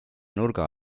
nurga